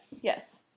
Yes